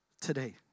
today